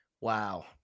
wow